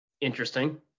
interesting